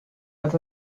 als